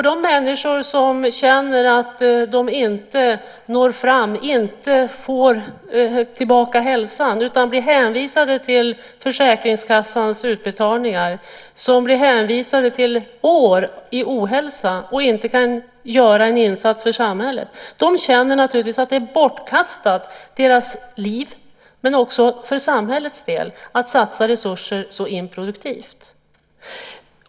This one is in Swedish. De människor som känner att de inte når fram, inte får tillbaka hälsan utan i stället blir hänvisade till försäkringskassans utbetalningar och till år av ohälsa då de inte kan göra sin insats i samhället, de tycker naturligtvis att deras liv känns bortkastat. Men det är också för samhällets del bortkastade resurser när man satsar så improduktivt.